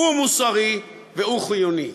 הוא מוסרי והוא חיוני.